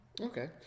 Okay